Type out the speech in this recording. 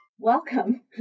Welcome